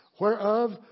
Whereof